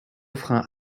freins